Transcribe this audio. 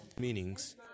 Meanings